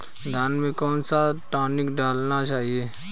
धान में कौन सा टॉनिक डालना चाहिए?